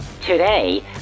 Today